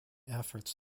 efforts